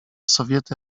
sowiety